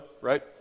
right